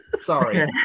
Sorry